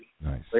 Nice